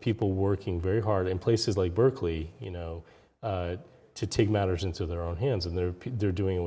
people working very hard in places like berkeley you know to take matters into their own hands and there they're doing it